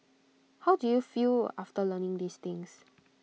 how do you feel after learning these things